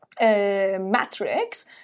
matrix